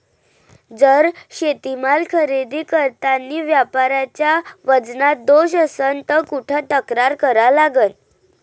जर शेतीमाल खरेदी करतांनी व्यापाऱ्याच्या वजनात दोष असन त कुठ तक्रार करा लागन?